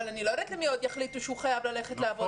אבל אני לא יודעת לגבי מי יוחלט שהוא חייב ללכת לעבוד.